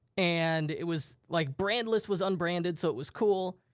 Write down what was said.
and it was like, brandless was unbranded. so it was cool.